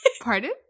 Pardon